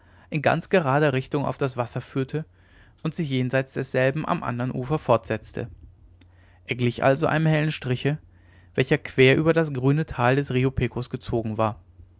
in ganz gerader richtung auf das wasser führte und sich jenseits desselben am andern ufer fortsetzte er glich also einem hellen striche welcher quer über das grüne tal des rio pecos gezogen war